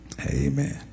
Amen